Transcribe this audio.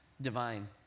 divine